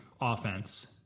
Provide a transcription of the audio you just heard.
offense